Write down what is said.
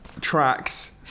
tracks